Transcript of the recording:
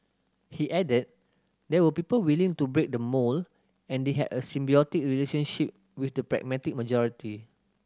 he added there were people willing to break the mould and they had a symbiotic relationship with the pragmatic majority